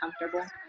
comfortable